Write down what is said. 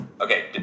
Okay